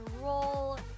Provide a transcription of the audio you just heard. roll